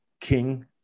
King